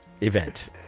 event